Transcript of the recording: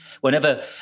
whenever